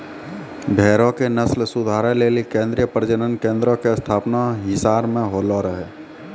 भेड़ो के नस्ल सुधारै लेली केन्द्रीय प्रजनन केन्द्रो के स्थापना हिसार मे होलो रहै